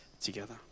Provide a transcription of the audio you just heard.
together